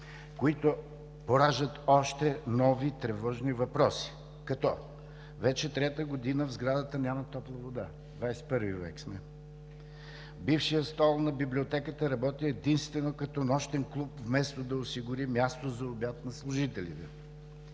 които пораждат още нови тревожни въпроси, като: вече трета година в сградата няма топла вода – ХХI век сме; бившият стол на Библиотеката работи единствено като нощен клуб, вместо да осигури място за обяд на служителите;